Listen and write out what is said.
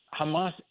Hamas